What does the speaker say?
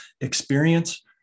experience